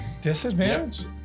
Disadvantage